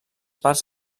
parts